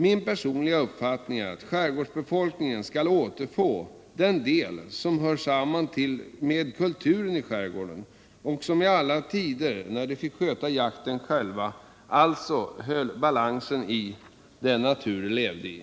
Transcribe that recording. Min personliga uppfattning är att skärgårdarnas befolkning skall återfå den jakt som hör samman med kulturen i skärgården och som i äldre tider, när de fick sköta jakten själva, höll balansen i den natur de levde i.